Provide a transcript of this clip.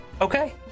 Okay